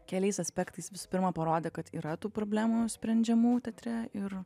keliais aspektais visų pirma parodė kad yra tų problemų sprendžiamų teatre ir